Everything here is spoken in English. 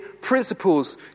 principles